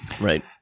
Right